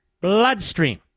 bloodstream